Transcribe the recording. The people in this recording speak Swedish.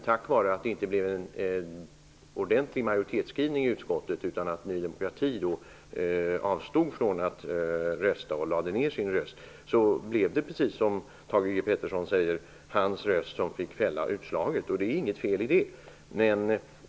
Tack vare att det inte blev en ordentlig majoritetsskrivning i utskottet -- Ny demokrati avstod ju från att rösta och lade ner sin röst -- blev det, precis som Thage G Peterson säger, hans röst som fick fälla utslaget. Det är inget fel i det.